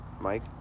Mike